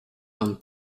liom